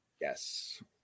yes